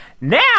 now